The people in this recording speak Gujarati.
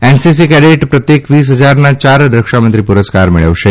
એનસીસી કેડેટ પ્રત્યેક વીસ હજારના ચાર રક્ષામંત્રી પુરસ્કાર મેળવશે